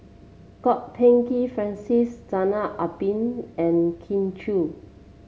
Kwok Peng Kin Francis Zainal Abidin and Kin Chui